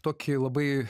tokį labai